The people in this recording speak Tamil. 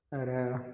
வேறு